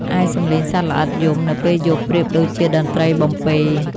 ឯសំឡេងសត្វល្អិតយំនៅពេលយប់ប្រៀបដូចជាតន្ត្រីបំពេរ។